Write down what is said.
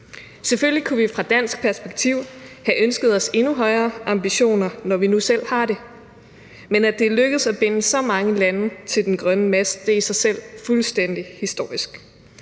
Selvfølgelig kunne vi set fra et dansk perspektiv have ønsket os endnu højere ambitioner, når vi nu selv har det, men at det er lykkedes at binde så mange lande til den grønne mast er i sig selv fuldstændig historisk.